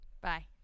Bye